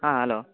ಹಾಂ ಅಲೋ